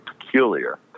peculiar